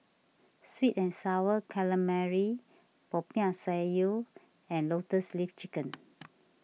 Sweet and Sour Calamari Popiah Sayur and Lotus Leaf Chicken